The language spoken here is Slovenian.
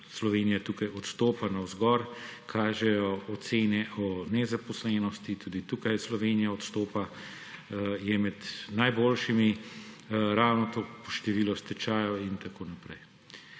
Slovenija tukaj odstopa navzgor – to kažejo ocene o nezaposlenosti – tudi tukaj Slovenija odstopa, je med najboljšimi – ravno tako število stečajev in tako naprej.